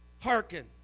hearken